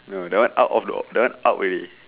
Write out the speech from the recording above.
no that out of your that one out already